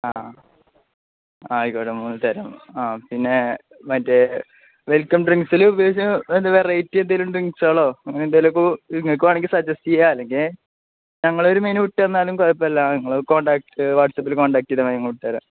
ആ ആ ആയിക്കോട്ടെ മൂന്ന് തരം ആ പിന്നെ മറ്റേ വെൽക്കം ഡ്രിങ്ക്സില് വെറൈറ്റി എന്തെങ്കിലും ഡ്രിങ്ക്സുകളോ അങ്ങനെ എന്തെങ്കിലുമൊക്കെ നിങ്ങള്ക്ക് വേണമെങ്കില് സജസ്റ്റ് ചെയ്യാം അല്ലെങ്കില് ഞങ്ങളൊരു മെനു ഇട്ടുതന്നാലും കുഴപ്പമില്ല നിങ്ങള് വാട്സാപ്പില് കോൺടാക്ട് ചെയ്താല് മതി ഞങ്ങള് ഇട്ടുതരാം